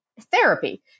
therapy